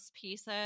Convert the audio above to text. pieces